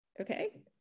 Okay